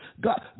God